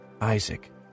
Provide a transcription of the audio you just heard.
Isaac